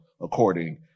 according